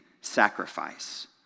sacrifice